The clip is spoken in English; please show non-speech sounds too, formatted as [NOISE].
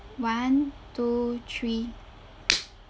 one two three [NOISE]